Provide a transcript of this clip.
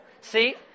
See